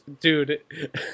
Dude